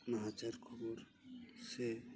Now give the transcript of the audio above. ᱱᱟᱦᱟᱪᱟᱨ ᱠᱷᱚᱵᱚᱨ ᱥᱮ